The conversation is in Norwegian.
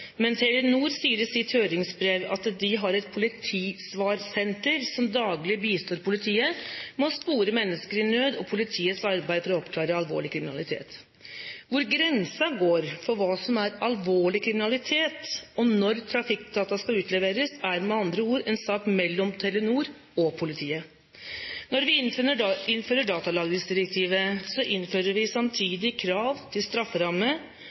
Men Telenor sier i sitt høringsbrev at de har et politisvarsenter som daglig bistår politiet med å spore mennesker i nød og bistår politiet i arbeidet for å oppklare alvorlig kriminalitet. Hvor grensen går for hva som er alvorlig kriminalitet, og for når trafikkdata skal utleveres, er med andre ord en sak mellom Telenor og politiet. Når vi innfører datalagringsdirektivet, innfører vi samtidig krav til strafferamme